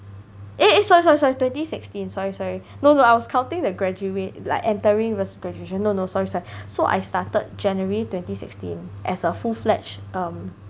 eh eh sorry sorry twenty sixteen sorry sorry no no I was counting the graduate like entering versus graduation no no sorry sorry so I started january twenty sixteen as a full fledged um